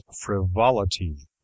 frivolity